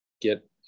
get